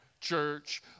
church